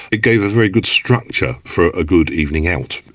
it gave a very good structure for a good evening out.